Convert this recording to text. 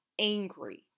angry